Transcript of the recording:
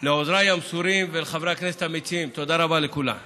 לא ברור אם למשטרה יש סמכות לפי דין להרחיק רכב או לגרור אותו